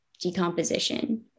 decomposition